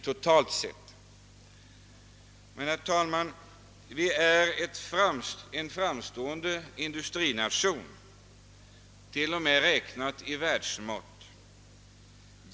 Men, herr talman, vi är en framstående industrination t.o.m. räknat i världsmått.